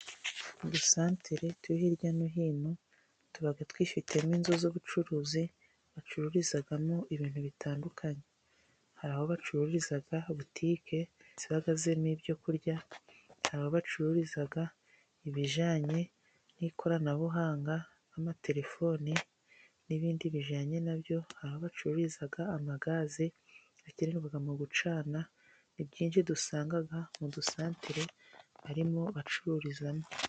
Udusantere turi hirya no hino tuba twifitemo inzu z'ubucuruzi bacururizamo ibintu bitandukanye, hari aho bacururiza butike zihagaze n'ibyo kurya, hari aho bacururiza ibijyanye n'ikoranabuhanga nka telefoni n'ibindi bijyanye nabyo, aho bacururiza gaze ikenerwa mu gucana, ni ibyinshi dusanga mu dusantere barimo bacururizamo.